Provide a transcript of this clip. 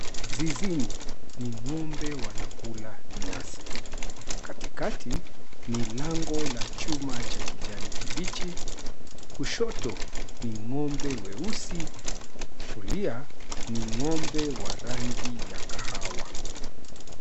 Zizini, ni ng'ombe wanakula nyasi. Katikati, ni lango la chuma la kijani kibichi. Kushoto, ni ng'ombe weusi. Kulia, ni ng'ombe wa rangi ya kahawa.